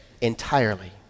entirely